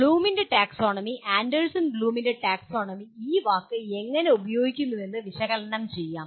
ബ്ലൂമിന്റെ taxonomy Anderson ബ്ലൂമിന്റെ taxonomy ഈ വാക്ക് എങ്ങനെ ഉപയോഗിക്കുന്നുവെന്ന് വിശകലനം ചെയ്യാം